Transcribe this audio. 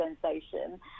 sensation